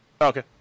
Okay